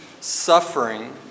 suffering